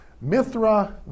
Mithra